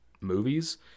...movies